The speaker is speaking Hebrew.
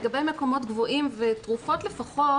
לגבי מקומות גבוהים ותרופות לפחות